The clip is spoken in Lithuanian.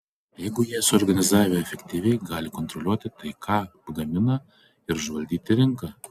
jeigu jie susiorganizavę efektyviai gali kontroliuoti tai ką pagamina ir užvaldyti rinką